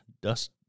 dust